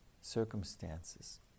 circumstances